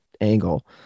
angle